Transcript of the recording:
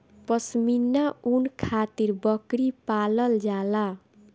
पश्मीना ऊन खातिर बकरी पालल जाला